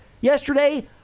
yesterday